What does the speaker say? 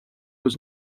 was